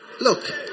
Look